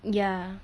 ya